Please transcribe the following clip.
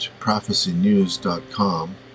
prophecynews.com